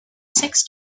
six